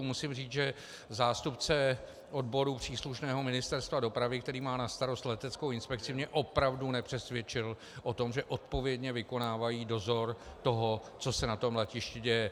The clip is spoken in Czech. Musím říct, že zástupce odboru příslušného Ministerstva dopravy, který má na starost leteckou inspekci, mě opravdu nepřesvědčil o tom, že odpovědně vykonávají dozor toho, co se na tom letišti děje.